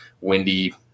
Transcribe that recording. windy